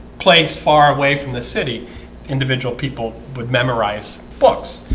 place far away from the city individual people would memorize books